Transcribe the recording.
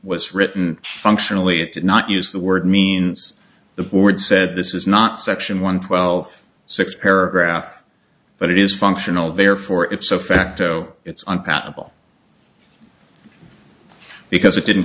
was written functionally it did not use the word means the board said this is not section one twelfth six paragraph but it is functional therefore if so facto it's uncountable because it didn't